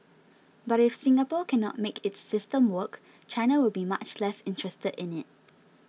but if Singapore cannot make its system work China will be much less interested in it